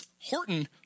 Horton